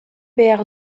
behar